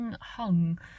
hung